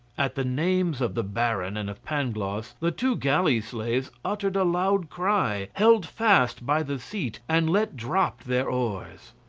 at the names of the baron and of pangloss, the two galley-slaves uttered a loud cry, held fast by the seat, and let drop their oars.